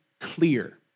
clear